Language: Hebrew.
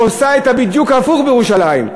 עושה בדיוק את ההפך בירושלים.